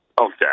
Okay